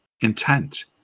intent